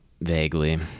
Vaguely